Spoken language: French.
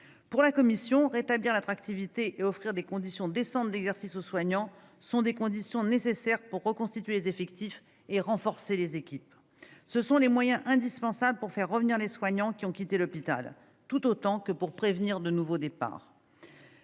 Pour la commission, rétablir l'attractivité et offrir des conditions décentes d'exercice aux soignants sont des conditions nécessaires pour reconstituer les effectifs et renforcer les équipes. Ce sont les conditions indispensables pour faire revenir les soignants qui ont quitté l'hôpital et pour prévenir de nouveaux départs.